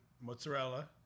mozzarella